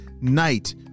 night